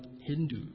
Hindu